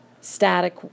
static